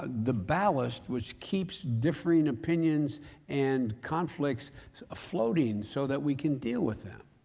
ah the ballast which keeps differing opinions and conflicts floating so that we can deal with them.